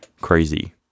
crazy